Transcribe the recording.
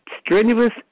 strenuous